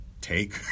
take